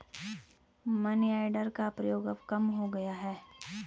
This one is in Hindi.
मनीआर्डर का प्रयोग अब कम हो गया है